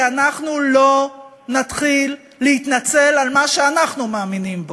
כי אנחנו לא נתחיל להתנצל על מה שאנחנו מאמינים בו.